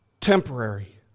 temporary